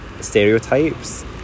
stereotypes